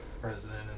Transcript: president